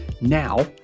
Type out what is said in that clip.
Now